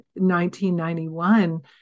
1991